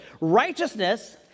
Righteousness